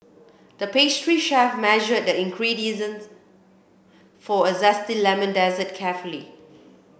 the pastry chef measured the ingredient for a zesty lemon dessert carefully